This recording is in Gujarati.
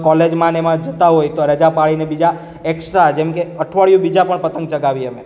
કોલેજમાંને એમાં જતાં હોઈએ તો રજા પાડીને બીજા એકસ્ટ્રા જેમ કે અઠવાડીયું બીજા પણ પતંગ ચગાવીએ અમે